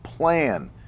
plan